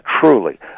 truly